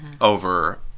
over